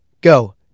Go